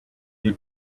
new